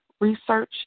research